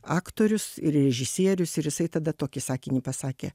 aktorius ir režisierius ir jisai tada tokį sakinį pasakė